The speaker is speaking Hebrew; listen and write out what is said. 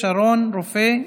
שרון רופא,